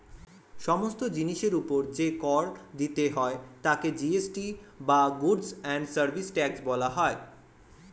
সমস্ত জিনিসের উপর যে কর দিতে হয় তাকে জি.এস.টি বা গুডস্ অ্যান্ড সার্ভিসেস ট্যাক্স বলা হয়